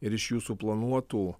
ir iš jūsų planuotų